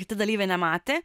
kiti dalyviai nematė